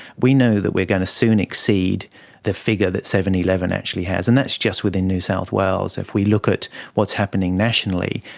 we know that we are going to soon exceed the figure that seven eleven actually has. and that's just within new south wales. if we look at what's happening nationally,